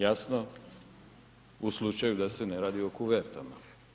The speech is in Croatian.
Jasno u slučaju da se ne radi o kuvertama.